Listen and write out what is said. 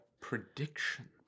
Prediction